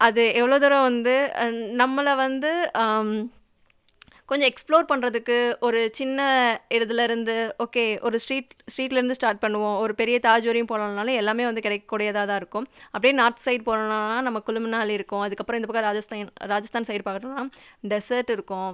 அது எவ்வளோ தூரம் வந்து நம்மளை வந்து கொஞ்சம் எக்ஸ்ப்ளோர் பண்ணுறதுக்கு ஒரு சின்ன இடத்துலருந்து ஓகே ஒரு ஸ்ட்ரீட் ஸ்ட்ரீட்லேருந்து ஸ்டார்ட் பண்ணுவோம் ஒரு பெரிய தாஜ் வரையும் போகலான்னாலும் எல்லாமே வந்து கிடைக்கக்கூடியதா தான் இருக்கும் அப்படியே நார்த் சைடு போனோன்னால் நமக்கு குலு மணாலி இருக்கும் அதுக்கு அப்புறம் இந்தப்பக்கம் ராஜஸ்தான் ராஜஸ்தான் சைடு பார்த்தோன்னா டெஸெர்ட் இருக்கும்